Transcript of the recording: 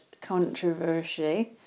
Controversy